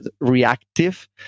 reactive